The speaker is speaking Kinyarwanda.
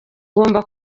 ugomba